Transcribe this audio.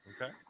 Okay